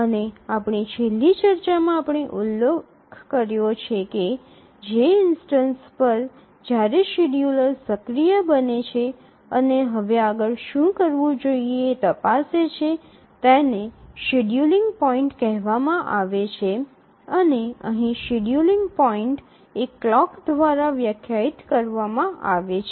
અને આપણી છેલ્લી ચર્ચામાં આપણે ઉલ્લેખ કર્યો છે કે જે ઇન્સ્ટનસ પર જ્યારે શેડ્યૂલર સક્રિય બને છે અને હવે આગળ શું કરવું જોઈએ એ તપાસે છે તેને શેડ્યુલિંગ પોઇન્ટ કહેવામાં આવે છે અને અહીં શેડ્યૂલિંગ પોઇન્ટ્સ એ ક્લોક દ્વારા વ્યાખ્યાયિત કરવામાં આવે છે